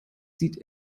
sieht